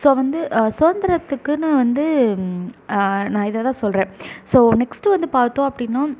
so வந்து சுதந்திரத்துக்குன்னு வந்து நான் இதை தான் சொல்கிறேன் ஸோ நெக்ஸ்டு வந்து பார்த்தோம் அப்படின்னா